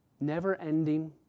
never-ending